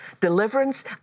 deliverance